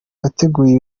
wateguye